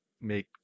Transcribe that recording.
make